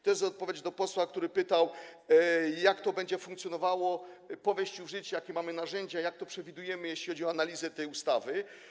To jest odpowiedź dla posła, który pytał, jak to będzie funkcjonowało po wejściu w życie, jakie mamy narzędzia, jak to przewidujemy, jeśli chodzi o analizę tej ustawy.